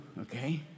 okay